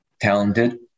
talented